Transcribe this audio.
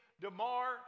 DeMar